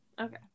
Okay